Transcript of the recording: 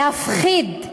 להפחיד,